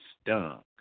stung